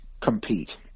compete